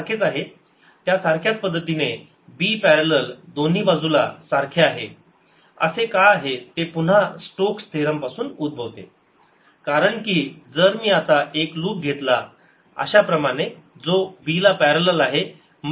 त्या सारख्याच पद्धतीने b पॅरेलल दोन्ही बाजूला सारखे आहे असे का आहे ते पुन्हा स्ट्रोक्स थेरम पासून उद्भवते कारण की जर मी आता एक लूप घेतला अशा प्रमाणे जो b ला पॅरलल आहे